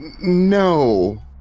no